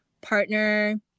partner